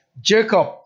Jacob